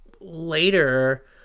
later